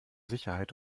sicherheit